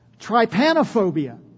Trypanophobia